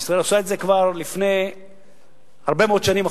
ישראל עושה את זה כבר הרבה מאוד שנים,